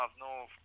no